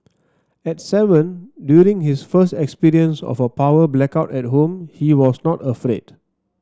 at seven during his first experience of a power blackout at home he was not afraid